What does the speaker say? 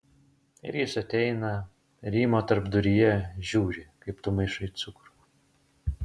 ir jis ateina rymo tarpduryje žiūri kaip tu maišai cukrų